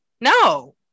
no